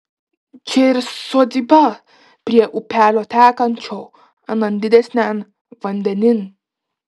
čia ir sodyba prie upelio tekančio anan didesnian vandenin